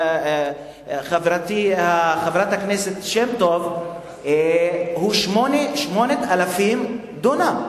חברתי חברת הכנסת שמטוב, הוא 8,000 דונם.